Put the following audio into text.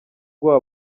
bwoba